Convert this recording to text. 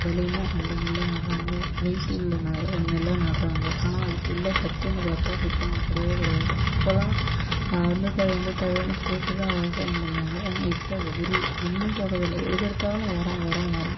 விளையுமோ அந்த நெல்லை நடுறாங்க வெயிட் உள்ள நெல்லை நடுகிறாங்க ஆனால் அதுக்குள்ள சத்துன்னு பார்த்தா சுத்தமாக கிடையவே கிடையாது அப்போல்லாம் அந்த தழை இந்த தழைன்னு போட்டுதான் விவசாயம் பண்ணுவாங்கள் ஆனால் இப்போ ஒரு ஒன்றும் போடுறது இல்லை எதுக்கெடுத்தாலும் உரம் உரம் உரம்